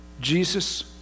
Jesus